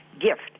gift